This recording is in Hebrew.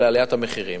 לעליית המחירים,